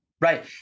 right